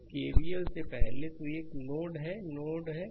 तो KVL से पहले तो यह एक नोड है नोड नोड है